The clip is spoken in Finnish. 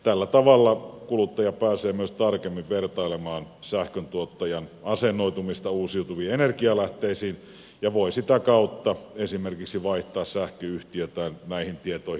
tällä tavalla kuluttaja pääsee myös tarkemmin vertailemaan sähkön tuottajan asennoitumista uusiutuviin energialähteisiin ja voi sitä kautta esimerkiksi vaihtaa sähköyhtiötään näihin tietoihin perustuen